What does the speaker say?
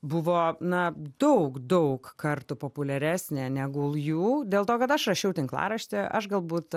buvo na daug daug kartų populiaresnė negu jų dėl to kad aš rašiau tinklaraštį aš galbūt